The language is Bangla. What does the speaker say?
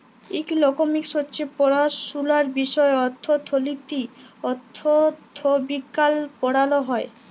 ইকলমিক্স হছে পড়াশুলার বিষয় অথ্থলিতি, অথ্থবিজ্ঞাল পড়াল হ্যয়